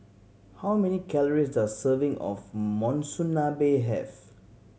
how many calories does a serving of Monsunabe have